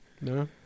No